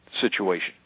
situation